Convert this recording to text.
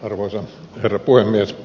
arvoisa herra puhemies